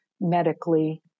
medically